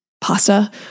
pasta